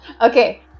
Okay